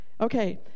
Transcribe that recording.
okay